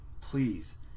Please